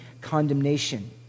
condemnation